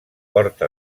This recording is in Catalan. porta